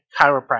Chiropractor